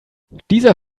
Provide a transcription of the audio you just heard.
dieser